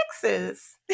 Texas